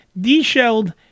de-shelled